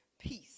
peace